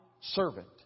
servant